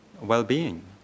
well-being